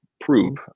prove